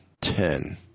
ten